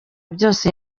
byose